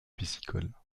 piscicole